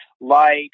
light